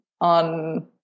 on